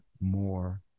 more